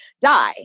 die